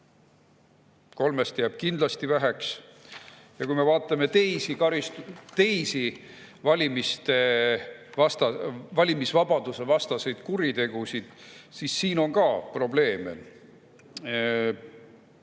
kolmest jääb kindlasti väheks. Ja kui me vaatame teisi valimisvabadusevastaseid kuritegusid, siis siin on ka probleeme.